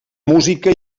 música